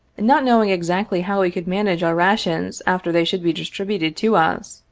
not knowing exactly how we could manage our rations after they should be distributed to us,